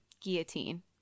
Guillotine